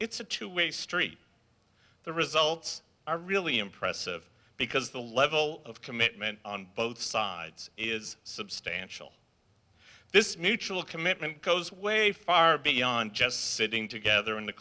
it's a two way street the results are really impressive because the level of commitment on both sides is substantial this mutual commitment goes way far beyond just sitting together in the